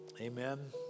amen